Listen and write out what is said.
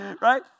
Right